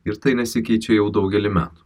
ir tai nesikeičia jau daugelį metų